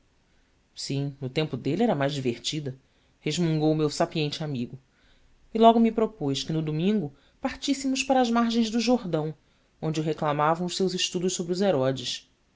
sim no tempo dele era mais divertida resmungou o meu sapiente amigo e logo me propôs que no domingo partíssemos para as margens do jordão onde o reclamavam os seus estudos sobre os herodes